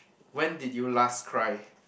when did you last cry